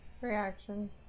Reaction